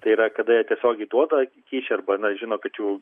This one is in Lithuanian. tai yra kada jie tiesiogiai duoda kyšį arba na žino kad jų